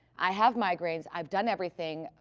i have migraines, i've done everything.